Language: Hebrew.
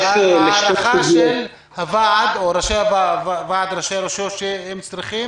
ההערכה של ועד ראשי הרשויות היא שהם צריכים